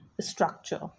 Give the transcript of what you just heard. structure